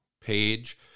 page